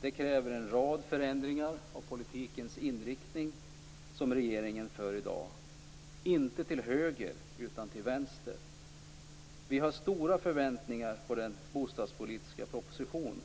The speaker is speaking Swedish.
Det kräver en rad förändringar av inriktningen på den politik som regeringen för i dag - inte åt höger utan åt vänster. Vi har stora förväntningar på den bostadspolitiska proposition